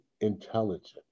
intelligent